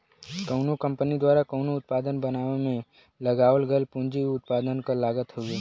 कउनो कंपनी द्वारा कउनो उत्पाद बनावे में लगावल गयल पूंजी उ उत्पाद क लागत हउवे